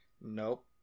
Nope